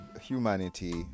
humanity